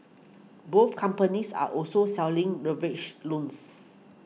both companies are also selling loans